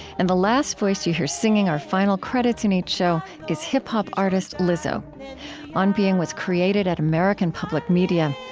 and the last voice you hear, singing our final credits in each show, is hip-hop artist lizzo on being was created at american public media.